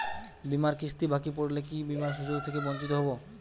বিমার কিস্তি বাকি পড়লে কি বিমার সুযোগ থেকে বঞ্চিত হবো?